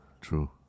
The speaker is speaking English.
True